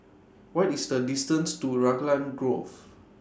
What IS The distance to Raglan Grove